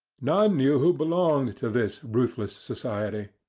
none knew who belonged to this ruthless society.